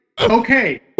Okay